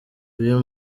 uyu